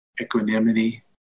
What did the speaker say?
equanimity